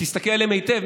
ותסתכל עליהן היטב,